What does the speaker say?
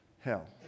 hell